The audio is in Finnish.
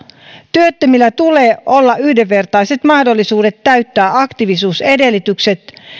työttömillä tulee olla yhdenvertaiset mahdollisuudet täyttää aktiivisuusedellytykset